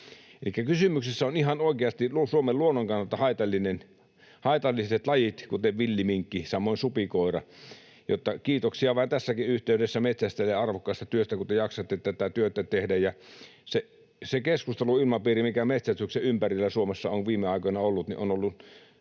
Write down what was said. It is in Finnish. kysymyksessä ovat ihan oikeasti Suomen luonnon kannalta haitalliset lajit, kuten villiminkki, samoin supikoira, joten kiitoksia vain tässäkin yhteydessä metsästäjille arvokkaasta työstä, kun te jaksatte tätä työtä tehdä. Se keskusteluilmapiiri, mikä metsästyksen ympärillä Suomessa on viime aikoina ollut, on ollut